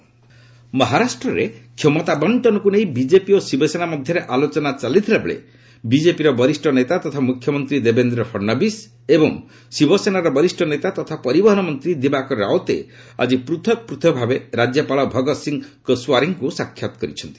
Maharashtra politics ମହାରାଷ୍ଟ୍ରରେ କ୍ଷମତା ବର୍ଷନକୁ ନେଇ ବିଜେପି ଓ ଶିବସେନା ମଧ୍ୟରେ ଆଲୋଚନା ଚାଲିଥିବା ବେଳେ ବିଜେପିର ବରିଷ୍ଠ ନେତା ତଥା ମୁଖ୍ୟମନ୍ତ୍ରୀ ଦେବେନ୍ଦ୍ର ଫଡ଼ନବିସ୍ ଏବଂ ଶିବସେନାର ବରିଷ୍ଣ ନେତା ତଥା ପରିବହନ ମନ୍ତ୍ରୀ ଦିବାକର ରାଓତେ ଆଜି ପୃଥକ ପୃଥକ ଭାବେ ରାଜ୍ରପାଳ ଭଗତସିଂହ କୋସ୍ୱାରୀଙ୍କୁ ସାକ୍ଷାତ କରିଛନ୍ତି